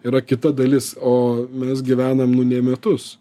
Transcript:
yra kita dalis o mes gyvenam nu ne metus